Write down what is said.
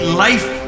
life